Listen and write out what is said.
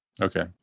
okay